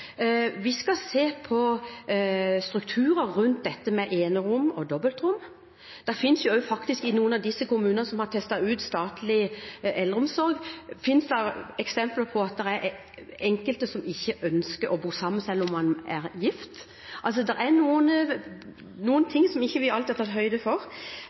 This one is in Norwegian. Vi skal se på strukturer rundt dette med enerom og dobbeltrom. I noen av de kommunene som har testet ut statlig eldreomsorg, finnes det eksempler på at enkelte ikke ønsker å bo sammen selv om man er gift. Det er altså ting vi ikke alltid har tatt høyde for.